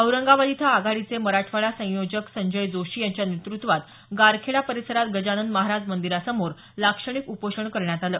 औरंगाबाद इथं आघाडीचे मराठवाडा संयोजक संजय जोशी यांच्या नेतृत्वात गारखेडा परिसरात गजानन महाराज मंदिरासमोर लाक्षणिक उपोषण करण्यात आलं